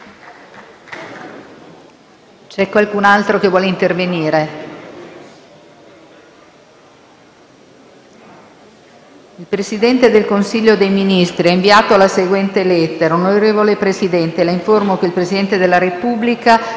"Il link apre una nuova finestra"). Il Presidente del Consiglio dei Ministri ha inviato la seguente lettera: «Onorevole Presidente, La informo che il Presidente della Repubblica